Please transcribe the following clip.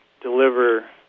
deliver